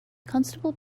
constable